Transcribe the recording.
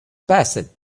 passed